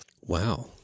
Wow